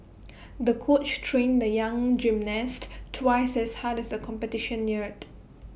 the coach trained the young gymnast twice as hard as competition neared